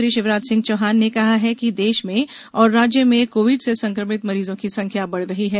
मुख्यमंत्री शिवराज सिंह चौहान ने कहा है कि देश में और राज्य में कोविड से संक्रमित मरीजों की संख्याा बढ़ रही है